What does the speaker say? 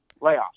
layoffs